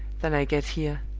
than i get here.